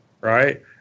Right